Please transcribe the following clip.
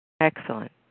Excellent